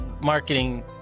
marketing